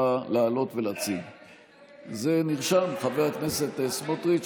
התקבלה בקריאה הטרומית,